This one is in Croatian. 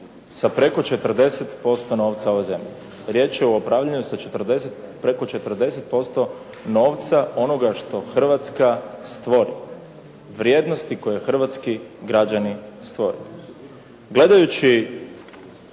sa preko 40% novca ove zemlje. Riječ je o upravljanju sa 40, preko 40% novca onoga što Hrvatska stvori, vrijednosti koje hrvatski građani stvore. Gledajući